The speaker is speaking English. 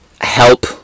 help